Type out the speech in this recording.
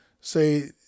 say